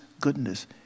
goodness